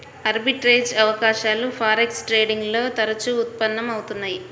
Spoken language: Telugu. ఆర్బిట్రేజ్ అవకాశాలు ఫారెక్స్ ట్రేడింగ్ లో తరచుగా ఉత్పన్నం అవుతున్నయ్యి